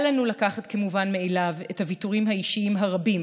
אל לנו לקחת כמובן מאליו את הוויתורים האישיים הרבים